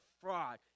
fraud